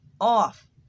off